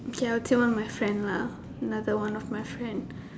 okay I will tell my friend lah another one of my friend